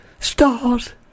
Stars